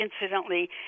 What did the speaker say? incidentally